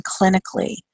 clinically